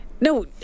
no